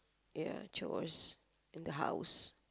ya chores in the house